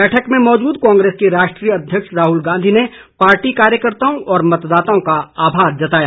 बैठक में मौजूद कांग्रेस के राष्ट्रीय अध्यक्ष राहुल गांधी ने पार्टी कार्यकर्ताओं और मतदाताओं का आभार जताया